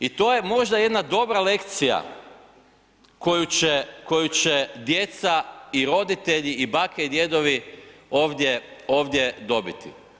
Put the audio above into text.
I to je možda jedna dobra lekcija koju će djeca i roditelji i bake i djedovi ovdje dobiti.